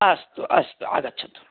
अस्तु अस्तु आगच्छन्तु